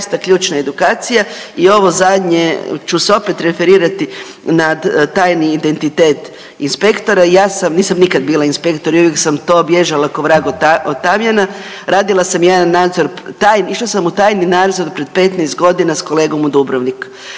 ključna edukacija i ovo zadnje ću se opet referirati nad tajni identitet inspektora, ja sam, nisam nikad bila inspektor i uvijek sam to bježala k'o vrag od tamjana, radila sam jedan nadzor, tajni, išla sam u tajni nadzor pred 15 godina s kolegom u Dubrovnik